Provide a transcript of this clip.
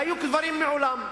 והיו דברים מעולם.